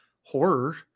horror